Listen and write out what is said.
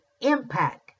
impact